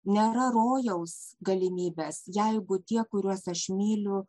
nėra rojaus galimybės jeigu tie kuriuos aš myliu